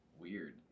Weird